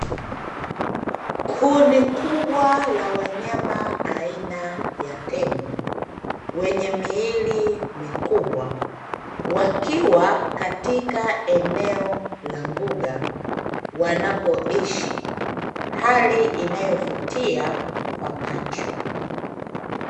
Kundi kubwa la wanyama aina ya tembo wenye miili mikubwa wakiwa katika eneo la mbuga wanapoishi, hali inayovutia kwa macho.